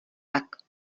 tak